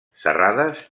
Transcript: serrades